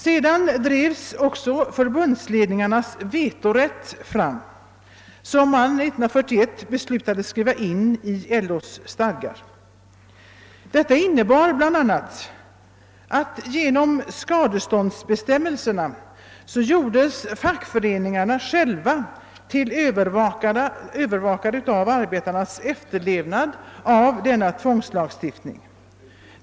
Sedan drevs också förbundsledningarnas vVvcetorätt fram, som man år 1941 beslöt att skriva in i LO:s stadgar. Detta innebar bl.a. att genom skadeståndsbestämmelserna gjordes fackföreningarna själva till övervakare av arbetarnas efterlevnad av denna tvångslagstiftning.